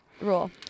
rule